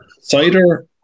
Cider